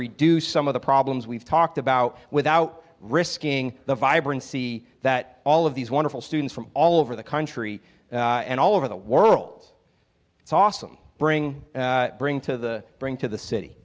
reduce some of the problems we've talked about without risking the vibrancy that all of these wonderful students from all over the country and all over the world it's awesome bring bring to bring to the city